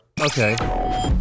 Okay